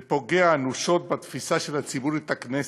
זה פוגע אנושות בתפיסת הציבור את הכנסת,